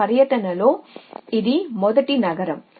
కాబట్టి పర్యటనలో ఇది మొదటి నగరం